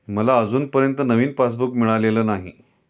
मला अजूनपर्यंत नवीन पासबुक मिळालेलं नाही